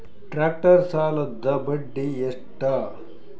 Tractor ಸಾಲದ್ದ ಬಡ್ಡಿ ಎಷ್ಟ?